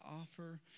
offer